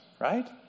right